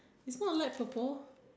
it's not light purple